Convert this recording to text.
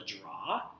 draw